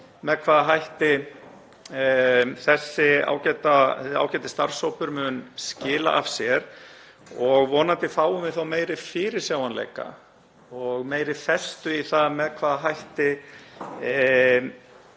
með hvaða hætti þessi ágæti starfshópur mun skila af sér og vonandi fáum við þá meiri fyrirsjáanleika og meiri festu í það með hvaða hætti